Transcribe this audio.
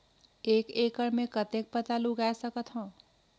एक एकड़ मे कतेक पताल उगाय सकथव?